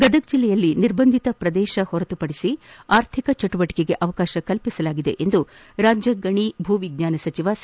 ಗದಗ ಜಿಲ್ಲೆಯಲ್ಲಿ ನಿರ್ಬಂಧಿತ ಪ್ರದೇಶ ಹೊರತುಪಡಿಸಿ ಆರ್ಥಿಕ ಚಟುವಟಿಕೆಗೆ ಅವಕಾಶ ನೀಡಲಾಗಿದೆ ಎಂದು ರಾಜ್ಯ ಗಣಿ ಭೂವಿಜ್ಞಾನ ಸಚಿವ ಸಿ